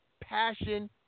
passion